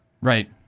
Right